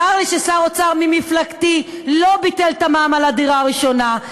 צר לי ששר האוצר ממפלגתי לא ביטל את המע"מ על הדירה הראשונה,